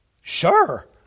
Sure